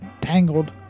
Tangled